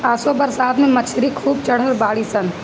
असो बरसात में मछरी खूब चढ़ल बाड़ी सन